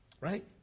Right